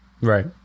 Right